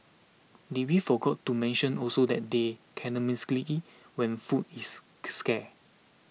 did we forgot to mention also that they cannibalistic when food is scarce